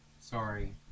sorry